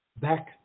back